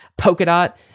Polkadot